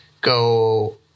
go